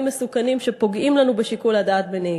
מסוכנים שפוגעים בשיקול הדעת שלנו בנהיגה.